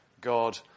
God